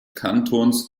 kantons